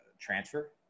transfer